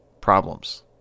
problems